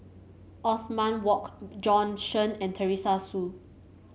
Othman Wok Bjorn Shen and Teresa Hsu